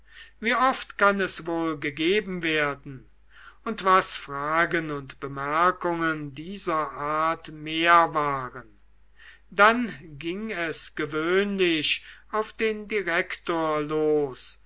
wie oft kann es wohl gegeben werden und was fragen und bemerkungen dieser art mehr waren dann ging es gewöhnlich auf den direktor los